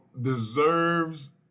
deserves